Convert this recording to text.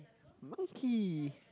monkey